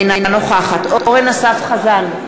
אינה נוכחת אורן אסף חזן,